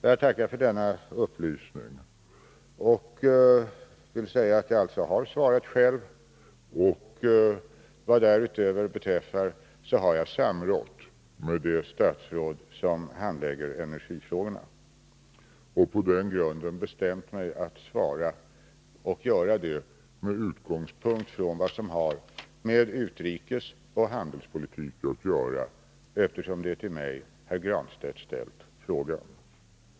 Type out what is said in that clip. Jag tackar för dessa upplysningar. Jag vill säga att jag alltså har svarat själv. Vad därutöver beträffar har jag samrått med det statsråd som handlägger energifrågorna och på den grunden bestämt mig att svara själv och göra det med utgångspunkt i vad som har med utrikesoch handelspolitik att göra, eftersom det är till mig herr Granstedt har ställt frågan.